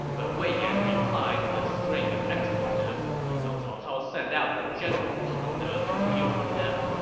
but wei yan replied with a string of expletives, so cao cao sent out the general pang de to deal with him.